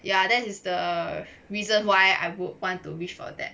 ya that is the reason why I would want to wish for that